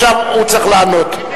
עכשיו הוא צריך לענות.